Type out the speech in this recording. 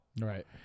right